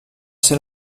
ser